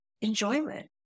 enjoyment